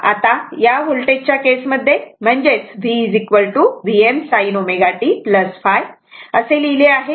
आता या व्होल्टेजच्या केस मध्ये voltage v Vm sin ω t ϕ असे लिहिले आहे